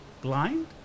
blind